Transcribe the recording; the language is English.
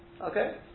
Okay